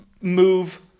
move